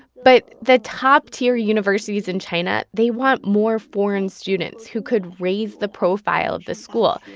but the top-tier universities in china, they want more foreign students who could raise the profile of the school.